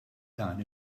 dan